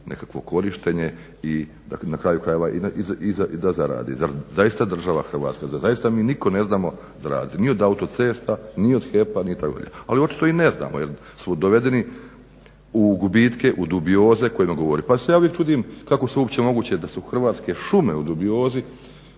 na kraju krajeva i da zaradi. Zar zaista država Hrvatska, zar zaista mi nitko ne znamo zaraditi ni od autocesta ni od HEP-a ni tako dalje? Ali očito i ne znamo jer smo dovedeni u gubitke, u dubioze o kojima govorimo. Pa se ja uvijek čudim kako su uopće moguće da su Hrvatske šume u dubiozi,